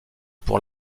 pour